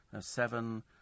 seven